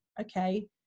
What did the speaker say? okay